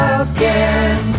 again